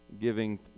giving